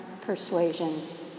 persuasions